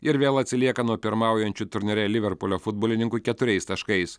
ir vėl atsilieka nuo pirmaujančių turnyre liverpulio futbolininkų keturiais taškais